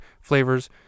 flavors